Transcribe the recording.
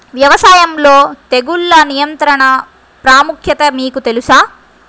వ్యవసాయంలో తెగుళ్ల నియంత్రణ ప్రాముఖ్యత మీకు తెలుసా?